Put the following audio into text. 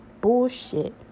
Bullshit